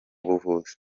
buvuzi